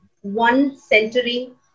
one-centering